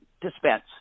dispense